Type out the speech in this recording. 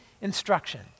instruction